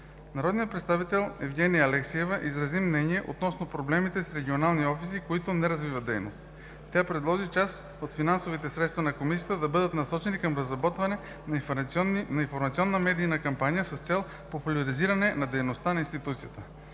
Народният представител Евгения Алексиева изрази мнение относно проблемите с регионалните офиси, които не развиват дейност. Тя предложи част от финансовите средства на Комисията да бъдат насочени към разработване на информационни и медийни кампании с цел популяризиране на дейността на институцията.